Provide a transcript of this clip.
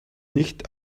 nicht